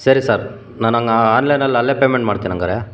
ಸರಿ ಸರ್ ನಾನು ಹಂಗ್ ಆನ್ಲೈನಲ್ಲಿ ಅಲ್ಲೇ ಪೇಮೆಂಟ್ ಮಾಡ್ತೀನಿ ಹಂಗಾರೆ